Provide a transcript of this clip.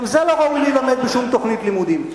גם זה לא ראוי להילמד בשום תוכנית לימודים.